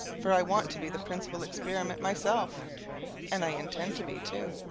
for i want to be the principal experiment myself and i intend to be, too.